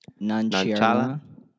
Nanchala